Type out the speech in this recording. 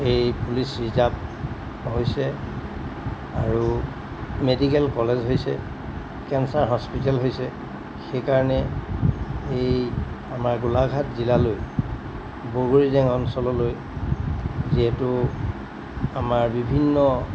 এই police reserve হৈছে আৰু মেডিকেল কলেজ হৈছে কেঞ্চাৰ হস্পিটেল হৈছে সেইকাৰণে এই আমাৰ গোলাঘাট জিলালৈ বগৰী জেং অঞ্চললৈ যিহেতু আমাৰ বিভিন্ন